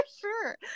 sure